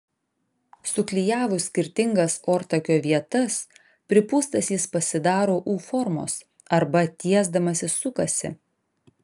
suklijavus skirtingas ortakio vietas pripūstas jis pasidaro u formos arba tiesdamasis sukasi